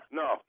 no